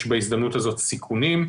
יש בהזדמנות הזאת סיכונים,